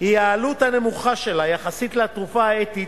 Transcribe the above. הוא העלות הנמוכה שלה יחסית לתרופה האתית,